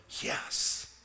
yes